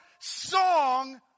song